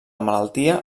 malaltia